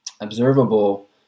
observable